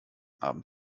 abend